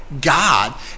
God